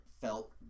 felt